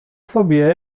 sobie